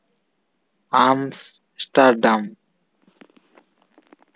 Amsterdam